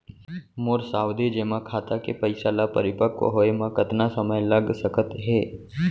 मोर सावधि जेमा खाता के पइसा ल परिपक्व होये म कतना समय लग सकत हे?